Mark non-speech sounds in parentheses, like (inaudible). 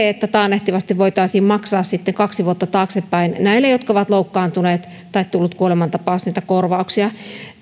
(unintelligible) että taannehtivasti voitaisiin maksaa näitä korvauksia kaksi vuotta taaksepäin niille jotka ovat loukkaantuneet tai kun on tullut kuolemantapaus